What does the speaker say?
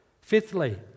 Fifthly